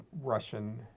Russian